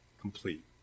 complete